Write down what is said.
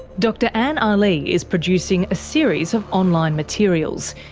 dr anne ah aly is producing a series of online materials,